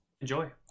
enjoy